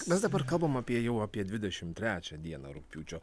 mes dabar kalbam apie jau apie dvidešim trečią dieną rugpjūčio